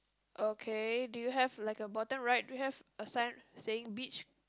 okay do you have like a bottom right do you have a sign saying beach